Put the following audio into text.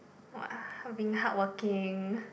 !wah! being hardworking